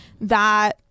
that-